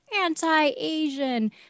anti-Asian